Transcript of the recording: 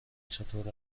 چطور